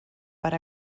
per